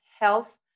health